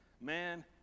man